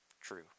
true